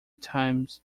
times